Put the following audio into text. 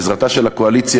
ובעזרתן של הקואליציה